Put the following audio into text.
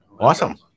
Awesome